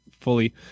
fully